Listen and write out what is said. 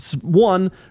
One